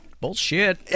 Bullshit